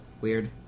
weird